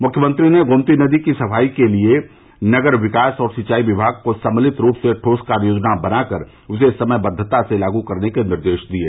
मुख्यमंत्री ने गोमती नदी की सफाई के लिए नगर विकास और सिंचाई विभाग को सम्मिलित रूप से ठोस कार्ययोजना बनाकर उसे समय बद्धता के साथ लागू करने के निर्देष दिये